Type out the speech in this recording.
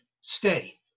stay